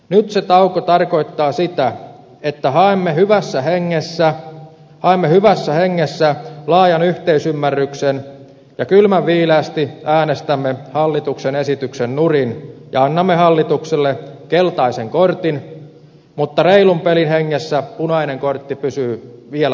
nyt se tauko tarkoittaa sitä että haemme hyvässä hengessä laajan yhteisymmärryksen ja kylmän viileästi äänestämme hallituksen esityksen nurin ja annamme hallitukselle keltaisen kortin mutta reilun pelin hengessä punainen kortti pysyy vielä taskussa